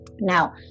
Now